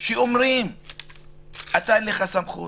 שאומר שאין לו סמכות